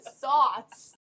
sauce